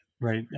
right